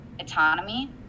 autonomy